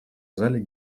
зале